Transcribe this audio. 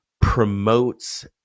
promotes